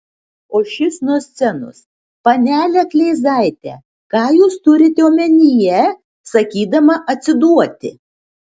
o šis nuo scenos panele kleizaite ką jūs turite omenyje sakydama atsiduoti